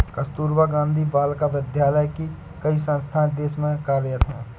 कस्तूरबा गाँधी बालिका विद्यालय की कई संस्थाएं देश में कार्यरत हैं